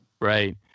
Right